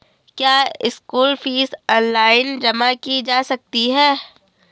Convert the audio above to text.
क्या school fees online जमा की जा सकती है?